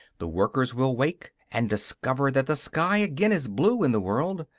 the workers will wake, and discover that the sky again is blue in the world,